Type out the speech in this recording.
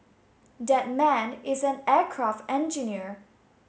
that man is an aircraft engineer